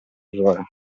errore